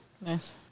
Nice